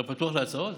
אתה פתוח להצעות?